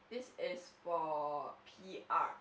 this is for P_R